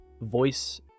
voice